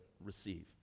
receive